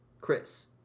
Chris